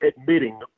admitting